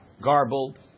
garbled